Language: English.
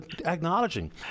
acknowledging